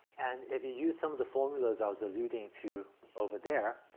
and if you use some of the formulas i was alluding to over there,